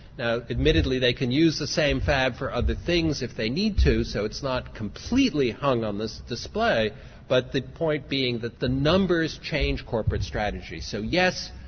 admittedly they can use the same fab for other things if they need to so it's not completely hung on this display but the point being that the numbers change corporate strategy. so yes,